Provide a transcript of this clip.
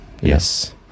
Yes